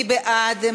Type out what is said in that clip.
מי בעד?